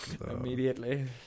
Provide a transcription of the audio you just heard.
Immediately